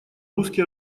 русски